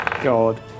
God